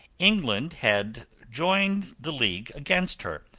england had joined the league against her,